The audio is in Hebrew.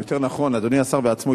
או יותר נכון אדוני השר בעצמו,